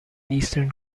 eastern